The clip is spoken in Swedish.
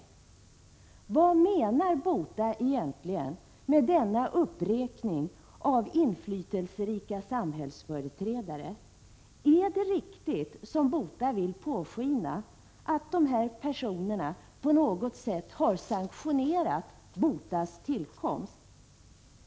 Vad menar BOTA med denna uppräkning av inflytelserika samhällsföreträdare? Är det riktigt, som BOTA vill låta påskina, att dessa personer på något sätt har sanktionerat BOTA:s tillkomst?